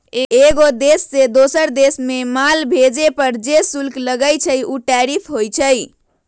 एगो देश से दोसर देश मे माल भेजे पर जे शुल्क लगई छई उ टैरिफ होई छई